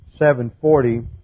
740